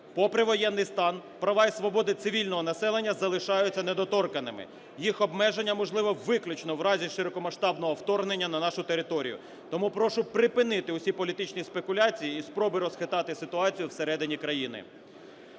Попри воєнний стан, права і свободи цивільного населення залишаються недоторканими. Їх обмеження можливе виключно в разі широкомасштабного вторгнення на нашу територію. Тому прошу припинити всі політичні спекуляції і спроби розхитати ситуацію в середині країни.